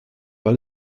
weil